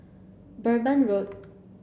Durban Road